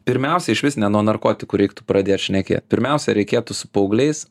pirmiausia išvis ne nuo narkotikų reiktų pradėt šnekėt pirmiausia reikėtų su paaugliais